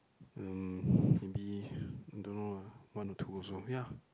um maybe I don't know lah one or two also ya